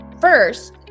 first